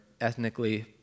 ethnically